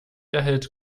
erhält